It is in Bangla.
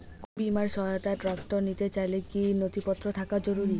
কোন বিমার সহায়তায় ট্রাক্টর নিতে চাইলে কী কী নথিপত্র থাকা জরুরি?